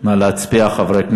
2013. נא להצביע, חברי הכנסת.